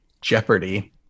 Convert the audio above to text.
Jeopardy